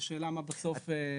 והשאלה היא מה בסוף יעבור.